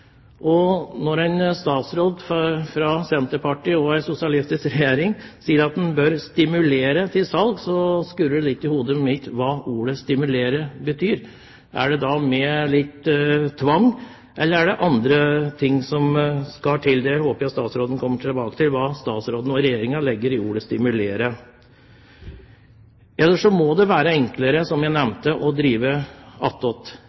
at en bør stimulere til salg, skurrer det litt i hodet mitt: Hva betyr ordet «stimulere»? Er det med litt tvang, eller er det andre ting som skal til? Det håper jeg statsråden kommer tilbake til, hva statsråden og Regjeringen legger i ordet «stimulere». Ellers må det bli enklere, som jeg